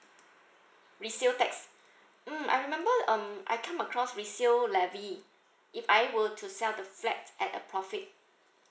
resale tax mm I remember um I came across resale levy if I were to sell the flat at a profit